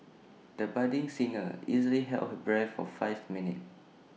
the budding singer easily held her breath for five minutes